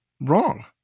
wrong